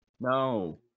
No